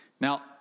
Now